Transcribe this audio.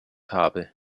habe